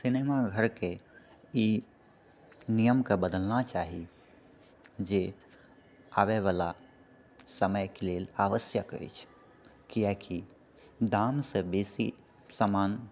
cinema घरके ई नियमके बदलना चाही जे आबै बला समयके लेल आवश्यक अछि किआकि दामसँ बेसी सामान